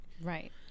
Right